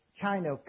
China